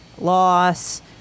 loss